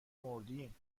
مردیم